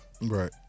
Right